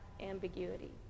ambiguity